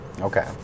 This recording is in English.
Okay